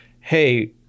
hey